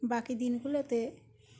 বাকি দিনগুলোতে